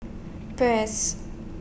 Press